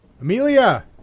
Amelia